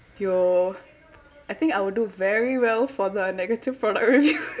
yo I think I will do very well for the negative product review